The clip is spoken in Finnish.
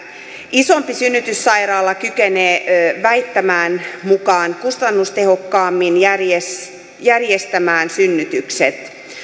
isompi synnytyssairaala kykenee väittämän mukaan kustannustehokkaammin järjestämään järjestämään synnytykset